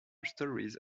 stories